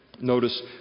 notice